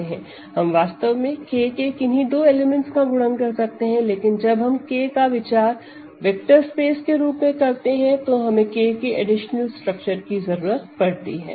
हम वास्तव में K के किन्ही दो एलिमेंट का गुणन कर सकते हैं लेकिन जब हम K का विचार वेक्टर स्पेस के रूप में करते हैं तो हमें K के एडिशनल स्ट्रक्चर की जरूरत पड़ती है